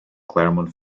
clermont